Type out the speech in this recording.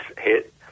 hit